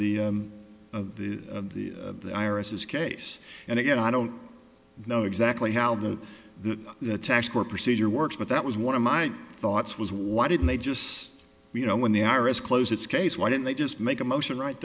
of the of the of the irises case and again i don't know exactly how the the tax court procedure works but that was one of my thoughts was why didn't they just say you know when they are as close it's case why don't they just make a motion right